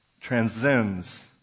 transcends